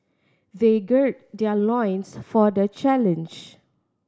they gird their loins for the challenge